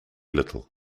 little